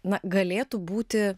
na galėtų būti